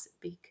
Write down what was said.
big